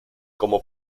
como